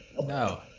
no